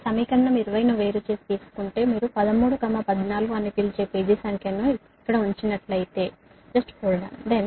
మీరు సమీకరణం 20 ను వేరు చేసి తీసుకుంటే మీరు 13 14 అని పిలిచే పేజీ సంఖ్యను నేను ఇక్కడ ఉంచినట్లయితే పట్టుకోండి